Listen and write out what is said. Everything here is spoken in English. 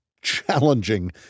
challenging